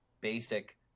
basic